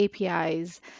apis